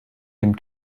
dem